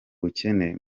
bukene